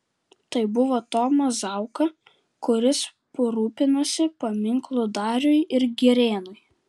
tai buvo tomas zauka kuris rūpinosi paminklu dariui ir girėnui